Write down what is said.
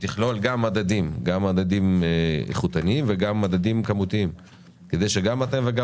שתכלול גם מדדים איכותניים וגם מדדים כמותיים כדי שגם אתם וגם